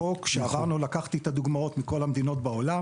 לקחתי דוגמאות מכל המדינות בעולם